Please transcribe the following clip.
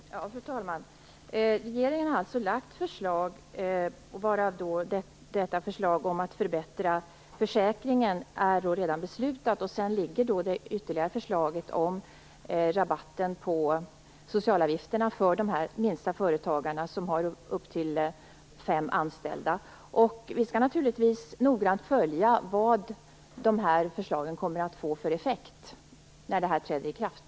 Fru talman! Regeringen har alltså lagt fram förslag, varav den del som handlar om att förbättra försäkringen redan är beslutad. Sedan finns det ytterligare förslaget, om rabatt på socialavgifterna för de minsta företagarna, de som har upp till fem anställda. Vi skall naturligtvis noggrant följa vad de här förslagen kommer att få för effekt när de träder i kraft.